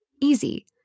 easy